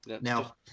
Now